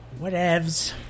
whatevs